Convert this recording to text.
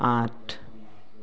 আঠ